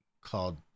called